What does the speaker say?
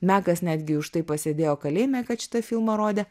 mekas netgi už tai pasėdėjo kalėjime kad šitą filmą rodė